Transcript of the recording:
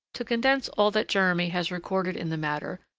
to condense all that jeremy has recorded in the matter,